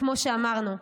וכמו שאמרנו,